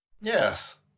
Yes